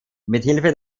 mithilfe